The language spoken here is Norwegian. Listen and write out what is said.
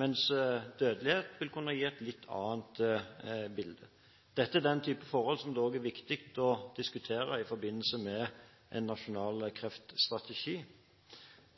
mens dødelighet vil kunne gi et litt annet bilde. Dette er den type forhold som det er viktig å diskutere i forbindelse med en nasjonal kreftstrategi.